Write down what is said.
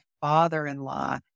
father-in-law